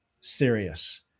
serious